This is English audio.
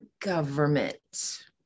government